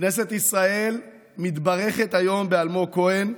כנסת ישראל מתברכת היום באלמוג כהן,